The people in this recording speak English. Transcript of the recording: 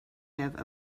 have